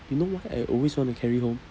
you know why I always want to carry home